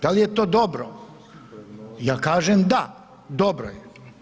Da li je to dobro? ja kažem da, dobro je.